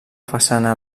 façana